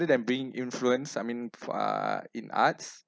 other than bring influence I mean uh in arts